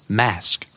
mask